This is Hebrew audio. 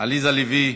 עליזה לביא.